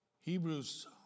Hebrews